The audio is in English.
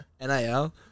nil